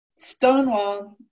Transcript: Stonewall